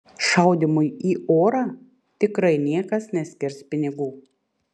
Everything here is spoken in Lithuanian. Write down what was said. šaudymui į orą tikrai niekas neskirs pinigų